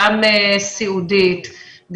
גם סיעודית,